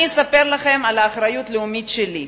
אני אספר לכם על האחריות הלאומית שלי.